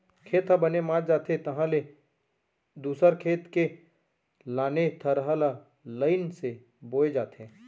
खेत ह बने मात जाथे तहाँ ले दूसर खेत के लाने थरहा ल लईन से बोए जाथे